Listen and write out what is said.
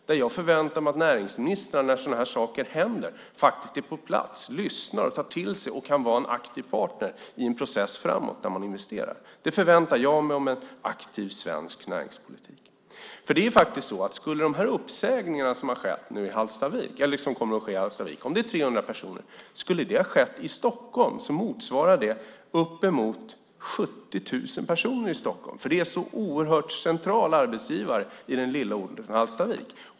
När sådana här saker händer förväntar jag mig att näringsministern är på plats, lyssnar, tar till sig och är en aktiv partner i en process framåt när man investerar. Det förväntar jag mig av en aktiv svensk näringspolitik. Uppsägningarna i Hallstavik motsvarar uppemot 70 000 personer i Stockholm, för det är en sådan central arbetsgivare i den lilla orten Hallstavik.